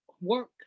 work